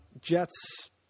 jets